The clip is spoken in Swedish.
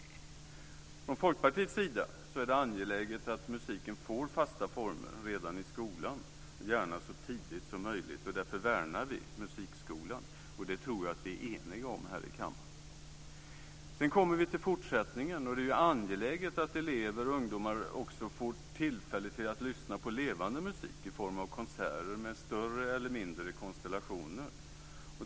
Vi från Folkpartiet anser att det är angeläget att musiken får fasta former redan i skolan och gärna så tidigt som möjligt. Därför värnar vi om musikskolan, vilket jag tror att vi är eniga om här i kammaren. Sedan kommer vi till fortsättningen. Det är angeläget att elever och ungdomar också får tillfälle att lyssna på levande musik i form av konserter med större eller mindre konstellationer.